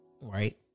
Right